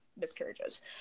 Miscarriages